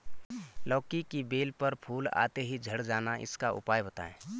लौकी की बेल पर फूल आते ही झड़ जाना इसका उपाय बताएं?